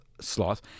slot